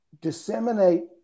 disseminate